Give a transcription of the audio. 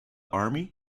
army